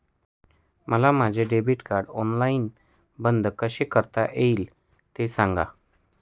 मला माझे debit card online बंद कसे करता येईल, ते सांगा